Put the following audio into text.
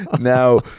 Now